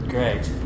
Great